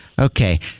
Okay